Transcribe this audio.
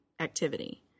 activity